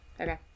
Okay